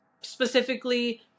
specifically